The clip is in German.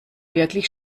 wirklich